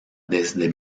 desde